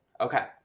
Okay